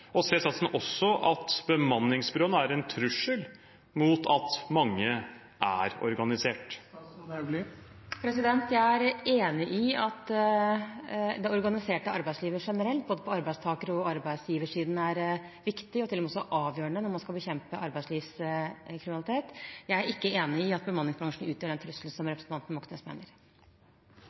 Ser statsråden også at bemanningsbyråene er en trussel mot at mange er organisert? Jeg er enig i at det organiserte arbeidslivet generelt, både på arbeidstaker- og arbeidsgiversiden, er viktig, til og med avgjørende, når man skal bekjempe arbeidslivskriminalitet. Jeg er ikke enig i at bemanningsbransjen utgjør den trusselen som representanten Moxnes mener.